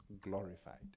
glorified